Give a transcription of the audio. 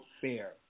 Fair